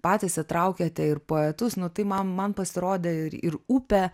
patys įtraukėte ir poetus nu tai man man pasirodė ir ir upė